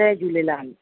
Jay Jhulelal